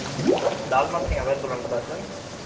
ఓహ్ dal makhani available ఉంటుందా sir